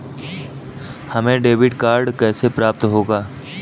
हमें debit card कैसे प्राप्त होगा?